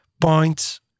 points